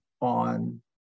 on